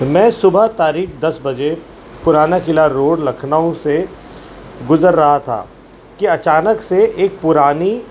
میں صبح تاریخ دس بجے پرانا قلعہ روڈ لکھنؤ سے گزر رہا تھا کہ اچانک سے ایک پرانی